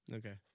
okay